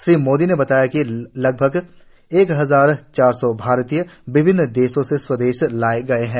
श्री मोदी ने बताया किलगभग एक हजार चार सौ भारतीय विभिन्न देशों से स्वेदश लाए गए हैं